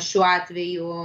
šiuo atveju